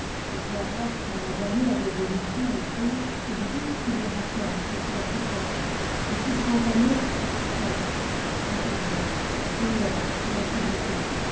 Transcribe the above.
et clara dont la dernière résolution est prise exige qu'il lui raconte ce qu'il a pu savoir est-il condamné sécrie t elle brack bon il l'est je n'en puis douter